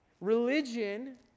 religion